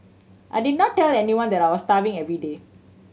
I did not tell anyone that I was starving every day